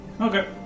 Okay